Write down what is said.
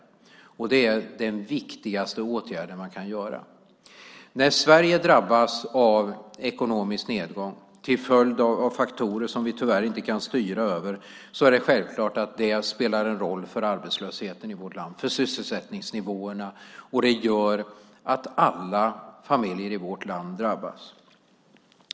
Det är den viktigaste åtgärden man kan göra. När Sverige drabbas av ekonomisk nedgång till följd av faktorer som vi tyvärr inte kan styra över är det självklart att det spelar en roll för arbetslösheten och sysselsättningsnivåerna. Alla familjer i vårt land drabbas.